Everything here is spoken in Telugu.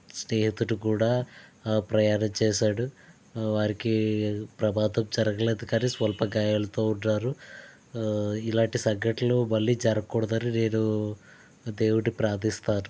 స్నేహితుడు కూడా ప్రయాణం చేశాడు వారికి ప్రమాదం జరగలేదు కాని స్వల్ప గాయాలతో ఉన్నారు ఇలాంటి సంఘటనలు మళ్ళీ జరగకూడదని నేను దేవుడిని ప్రార్థిస్తాను